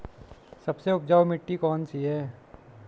सबसे उपजाऊ मिट्टी कौन सी है?